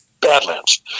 Badlands